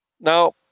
Now